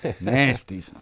Nasty